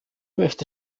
möchte